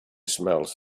smells